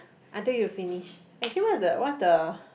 until you finish actually what's the what's the